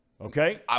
Okay